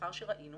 מאחר שראינו